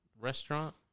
restaurant